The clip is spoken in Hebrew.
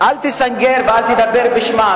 אל תסנגר ואל תדבר בשמם.